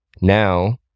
now